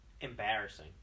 embarrassing